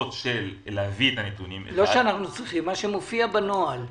לא את מה שאנחנו צריכים, אלא